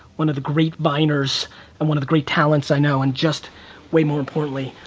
one of the great viners and one of the great talents i know and just way more importantly,